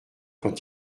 quand